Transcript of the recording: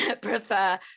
prefer